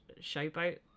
showboat